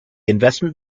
investment